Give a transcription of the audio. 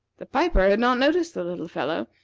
the piper had not noticed the little fellow,